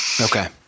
Okay